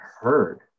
heard